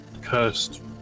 cursed